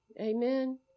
Amen